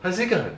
她是一个很